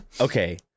Okay